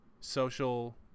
social